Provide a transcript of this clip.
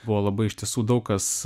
buvo labai iš tiesų daug kas